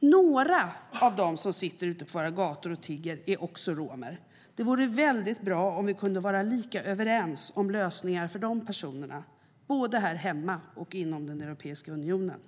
Några av dem som sitter ute på våra gator och tigger är romer. Det vore väldigt bra om vi kunde vara lika överens om lösningar för dessa personer både här hemma och inom Europeiska unionen.